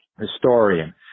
historian